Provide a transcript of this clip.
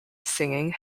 singing